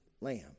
lamb